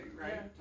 right